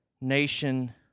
nation